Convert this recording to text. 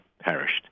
perished